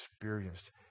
experienced